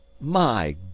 My